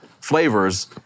flavors